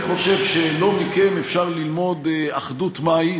אני חושב שלא מכם אפשר ללמוד אחדות מהי,